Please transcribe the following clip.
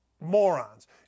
morons